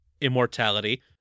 immortality